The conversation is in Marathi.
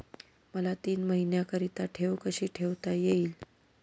मला तीन महिन्याकरिता ठेव कशी ठेवता येईल?